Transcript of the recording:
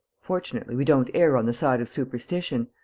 fortunately, we don't err on the side of superstition.